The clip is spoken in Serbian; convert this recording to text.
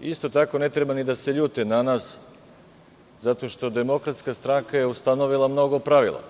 Isto tako, ne treba ni da se ljute na nas zato što je DS ustanovila mnogo pravila